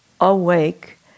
awake